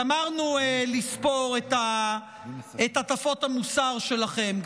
גמרנו לספור את הטפות המוסר שלכם,